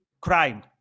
crime